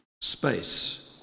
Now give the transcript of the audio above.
Space